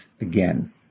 again